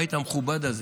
הבית המכובד הזה.